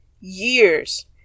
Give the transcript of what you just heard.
years